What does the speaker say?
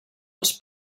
als